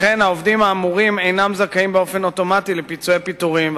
לכן העובדים האמורים אינם זכאים באופן אוטומטי לפיצויי פיטורים.